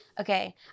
Okay